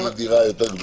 לא בדירה יותר גדולה.